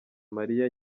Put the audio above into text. mariya